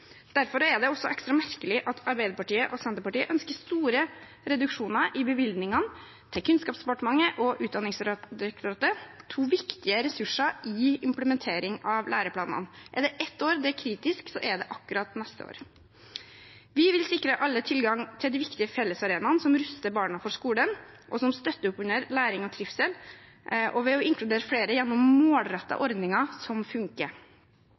Derfor er det også ekstra merkelig at Arbeiderpartiet og Senterpartiet ønsker store reduksjoner i bevilgningene til Kunnskapsdepartementet og Utdanningsdirektoratet, to viktige ressurser i implementeringen av læreplanene. Er det ett år det er kritisk, er det akkurat neste år. Vi vil sikre alle tilgang til de viktige fellesarenaene som ruster barna for skolen, og som støtter opp under læring og trivsel, ved å inkludere flere gjennom målrettede ordninger som funker.